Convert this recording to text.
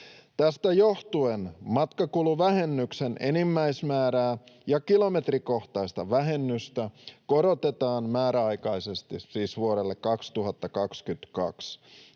Tästä johtuen matkakuluvähennyksen enimmäismäärää ja kilometrikohtaista vähennystä korotetaan määräaikaisesti, siis vuodelle 2022.